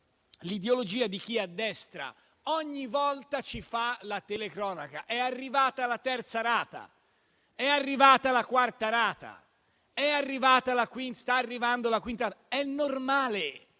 L'ideologia di chi a destra ogni volta ci fa la telecronaca; è arrivata la terza, la quarta rata, sta arrivando la quinta rata. È normale